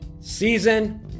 season